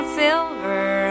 silver